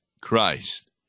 Christ